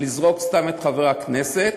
לזרוק סתם את חבר הכנסת,